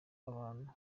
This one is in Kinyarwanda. abantu